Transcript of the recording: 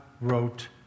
wrote